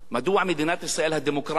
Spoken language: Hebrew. מדוע מדינת ישראל הדמוקרטית,